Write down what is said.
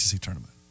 tournament